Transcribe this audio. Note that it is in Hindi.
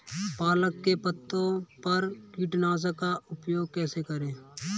पालक के पत्तों पर कीटनाशक का प्रयोग कैसे करें?